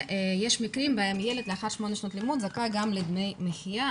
ויש מקרים שבהם ילד לאחר שמונה שנות לימוד זכאי גם לדמי מחיה,